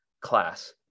class